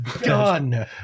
Done